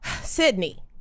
Sydney